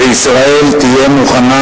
וישראל תהיה מוכנה